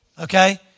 okay